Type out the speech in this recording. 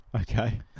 Okay